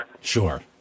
Sure